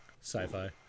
Sci-fi